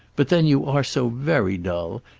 but then you are so very dull,